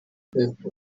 ahubwo